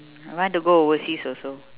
I want to go overseas also